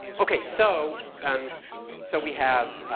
okay, so, um so we have,